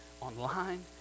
online